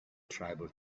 tribal